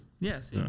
Yes